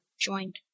joined